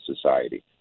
society